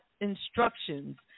instructions